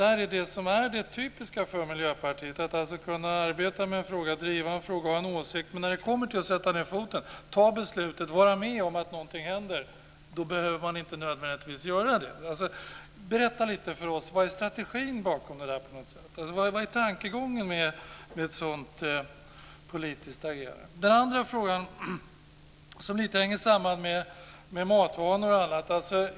Är det typiskt för Miljöpartiet, att arbeta med en fråga, driva den och ha en åsikt och sedan, när det kommer till att sätta ned foten, ta beslutet och vara med om att något händer, behöver man inte nödvändigtvis göra det? Berätta lite för oss vad som är strategin bakom. Vad är tankegången i ett sådant politiskt agerande? Den andra frågan hänger samman med matvanor och annat.